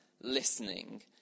listening